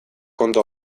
kontu